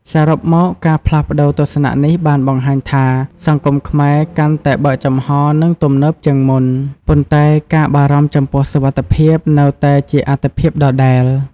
សរុបមក ការផ្លាស់ប្ដូរទស្សនៈនេះបានបង្ហាញថា សង្គមខ្មែរកាន់តែបើកចំហរ និងទំនើបជាងមុន ប៉ុន្តែការបារម្ភចំពោះសុវត្ថិភាពនៅតែជាអាទិភាពដដែល។